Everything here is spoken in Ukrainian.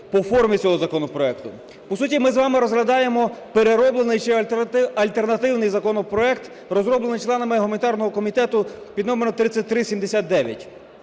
по формі цього законопроекту. По суті, ми з вами розглядаємо перероблений чи альтернативний законопроект, розроблений членами гуманітарного комітету під номером 3379.